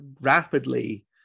rapidly